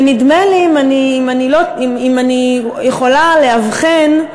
ונדמה לי, אם אני יכולה לאבחן,